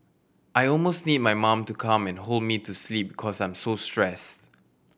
I almost need my mom to come and hold me to sleep cause I'm so stressed